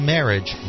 Marriage